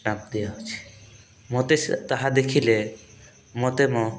stamp ଦିଆଯାଉଛି ମୋତେ ସେ ତାହା ଦେଖିଲେ ମୋତେ ମୋ